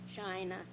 China